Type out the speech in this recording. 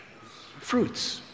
fruits